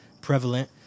prevalent